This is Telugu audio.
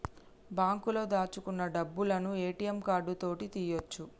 బాంకులో దాచుకున్న డబ్బులను ఏ.టి.యం కార్డు తోటి తీయ్యొచు